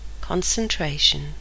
concentration